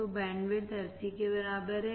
तो bandwidth fc के बराबर है